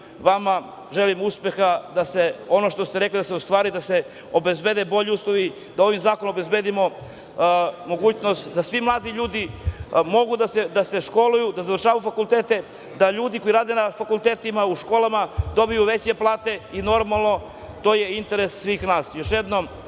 vama želim uspeha da ono što ste rekli da se ostvari, da se obezbede bolji uslovi, da ovim zakonom obezbedimo mogućnost da svi mladi ljudi mogu da se školuju, da završavaju fakultete, da ljudi koji rade na fakultetima, u školama dobiju veće plate i normalno to je interes svih nas. Još